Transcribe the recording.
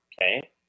okay